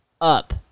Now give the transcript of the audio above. up